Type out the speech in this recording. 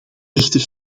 echter